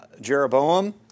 Jeroboam